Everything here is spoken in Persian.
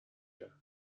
کرد